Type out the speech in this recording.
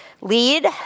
Lead